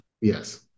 yes